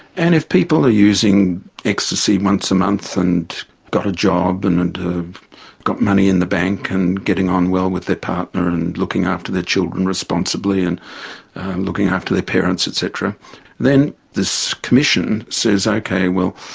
and if people are using ecstasy once a month and got a job and and have got money in the bank and getting on well with their partner and looking after their children responsibly and and looking after their parents, et then this commission says, ok, well,